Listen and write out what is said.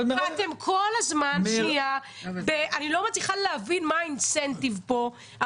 ואתם כל הזמן אני לא מצליחה להבין מה האינסנטיב פה,